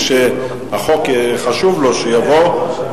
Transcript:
בסדר,